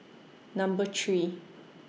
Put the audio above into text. Number three